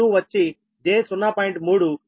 3